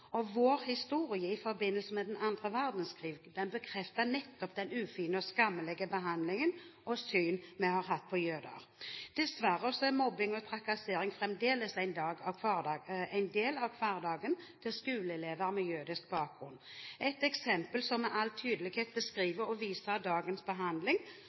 Vår historie i forbindelse med annen verdenskrig bekrefter nettopp den ufine og skammelige behandling og det syn vi har hatt på jøder. Dessverre er mobbing og trakassering fremdeles en del av hverdagen til skoleelever med jødisk bakgrunn. Et eksempel som med all tydelighet beskriver og viser dagens behandling